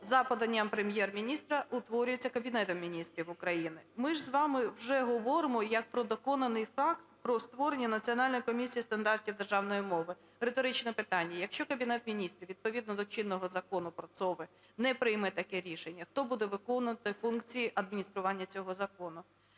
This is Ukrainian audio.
за поданням Прем'єр-міністра утворюються Кабінетом Міністрів України. Ми ж з вами вже говоримо як про доконаний факт про створення Національної комісії стандартів державної мови. Риторичне питання. Якщо Кабінет Міністрів відповідно до чинного закону про ЦОВВи не прийме таке рішення, хто буде виконувати функції адміністрування цього закону?